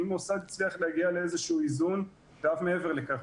ואם מוסד הצליח להגיע לאיזשהו איזון ואף מעבר לכך,